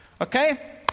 Okay